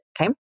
okay